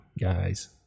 guys